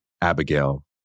Abigail